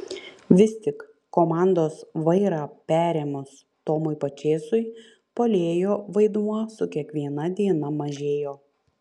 vis tik komandos vairą perėmus tomui pačėsui puolėjo vaidmuo su kiekviena diena mažėjo